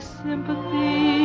sympathy